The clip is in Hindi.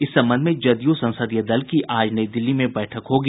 इस संबंध में जदयू संसदीय दल की आज नई दिल्ली में बैठक होगी